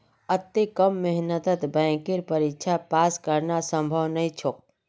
अत्ते कम मेहनतत बैंकेर परीक्षा पास करना संभव नई छोक